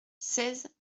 seize